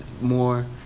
more